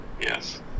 Yes